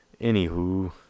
Anywho